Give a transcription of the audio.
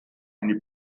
eine